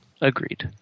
agreed